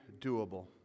doable